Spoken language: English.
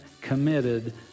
committed